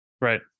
Right